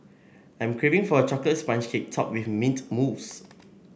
I am craving for a chocolate sponge cake topped with mint mousse